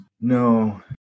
No